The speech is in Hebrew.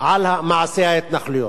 על מעשה ההתנחלויות,